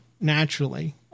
naturally